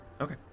Okay